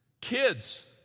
Kids